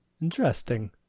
interesting